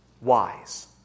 wise